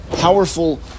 powerful